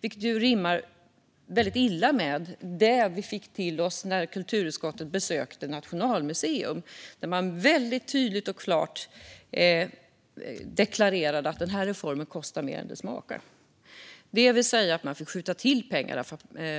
Det rimmar mycket illa med det som framfördes till oss i kulturutskottet när vi besökte Nationalmuseum som mycket tydligt och klart deklarerade att denna reform kostar mer än den smakar, det vill säga att man får skjuta till pengar